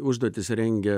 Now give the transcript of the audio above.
užduotis rengia